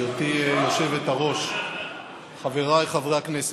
גברתי היושבת-ראש, חבריי חברי הכנסת,